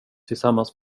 tillsammans